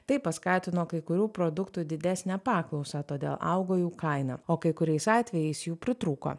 tai paskatino kai kurių produktų didesnę paklausą todėl augo jų kaina o kai kuriais atvejais jų pritrūko